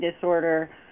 disorder